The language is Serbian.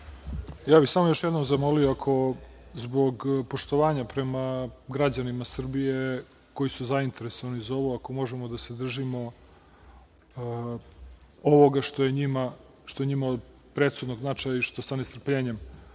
Samo bih još jednom zamolio, zbog poštovanja prema građanima Srbije koji su zainteresovani za ovo, ako možemo da se držimo ovoga što je njima od presudnog značaja i što sa nestrpljenjem